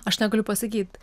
aš negaliu pasakyt